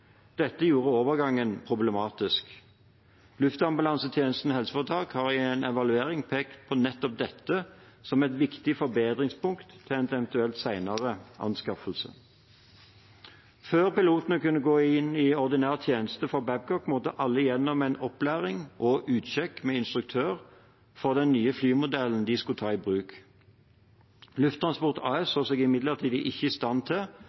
Dette gjorde overgangen problematisk. Luftambulansetjenesten HF har i en evaluering pekt på nettopp dette som et viktig forbedringspunkt til en eventuelt senere anskaffelse. Før pilotene kunne gå inn i ordinær tjeneste for Babcock, måtte alle gjennom en opplæring og «utsjekk» med instruktør for den nye flymodellen de skulle ta i bruk. Lufttransport AS så seg imidlertid ikke i stand til